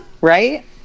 right